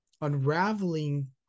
unraveling